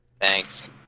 Thanks